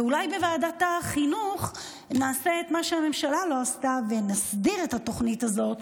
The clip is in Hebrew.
אולי בוועדת החינוך נעשה את מה שהממשלה לא עשתה ונסדיר את התוכנית הזאת,